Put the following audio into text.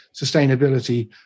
sustainability